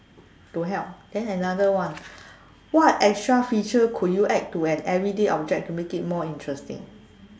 to help then another one what extra feature could you add to an everyday object to make it more interesting